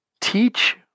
Teach